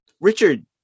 Richard